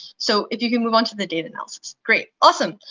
so if you can move onto the data analysis, great. awesome.